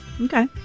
Okay